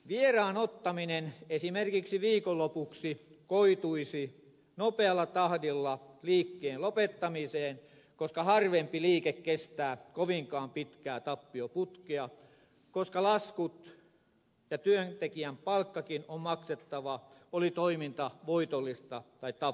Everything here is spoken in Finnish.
vieraan ottaminen esimerkiksi viikonlopuksi johtaisi nopealla tahdilla liikkeen lopettamiseen koska harvempi liike kestää kovinkaan pitkää tappioputkea koska laskut ja työntekijän palkkakin on maksettava oli toiminta voitollista tai tappiollista